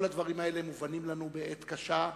כל הדברים האלה מובנים לנו בעת קשה,